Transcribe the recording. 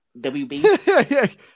WB